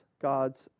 God's